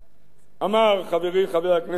אמר חברי חבר הכנסת אורלב כאן,